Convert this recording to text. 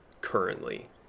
currently